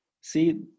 See